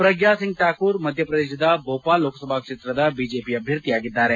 ಪ್ರಗ್ನಾ ಸಿಂಗ್ ಠಾಕೂರ್ ಮಧ್ಯಪ್ರದೇಶದ ಭೂಪಾಲ್ ಲೋಕಸಭಾ ಕ್ಷೇತ್ರದ ಬಿಜೆಪಿ ಅಭ್ಯರ್ಥಿಯಾಗಿದ್ದಾರೆ